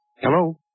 Hello